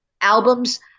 albums